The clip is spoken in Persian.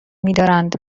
میدارند